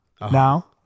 Now